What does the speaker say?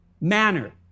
manner